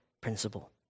principle